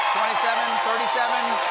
seven, thirty seven?